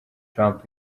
trump